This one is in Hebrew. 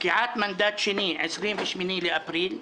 פקיעת מנדט שני - 28 לאפריל,